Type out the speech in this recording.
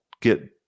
get